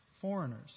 foreigners